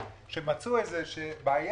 אני לא בא עם